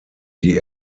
die